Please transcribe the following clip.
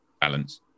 balance